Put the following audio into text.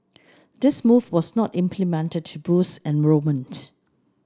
this move was not implemented to boost enrolment